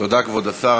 תודה, כבוד השר.